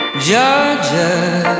Georgia